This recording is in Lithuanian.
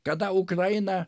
kada ukraina